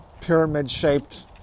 pyramid-shaped